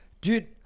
Dude